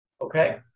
Okay